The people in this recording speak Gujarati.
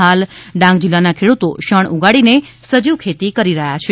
હાલ ડાંગ જીલ્લાના ખેડૂતો શણ ઉગાડીને સજીવખેતી કરી રહ્યા છે